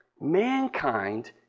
Mankind